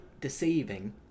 deceiving